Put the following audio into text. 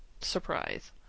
Surprise